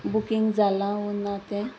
booking जालां ओ ना तें